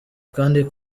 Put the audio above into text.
kandi